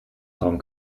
darum